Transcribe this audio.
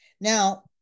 now